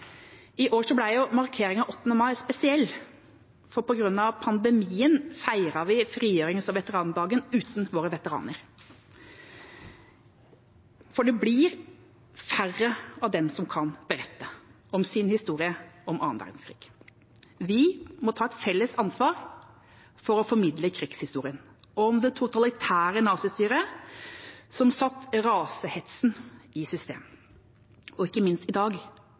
I år ble markeringen av 8. mai spesiell, fordi vi på grunn av pandemien feiret frigjørings- og veterandagen uten våre veteraner. Det blir færre av dem som kan berette om sin historie fra annen verdenskrig. Vi må ta et felles ansvar for å formidle krigshistorien, om det totalitære nazistyret som satte rasehetsen i system. Og ikke minst i dag,